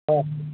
हा